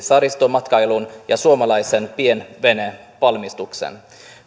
saaristomatkailuun ja suomalaiseen pienvenevalmistukseen